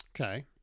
Okay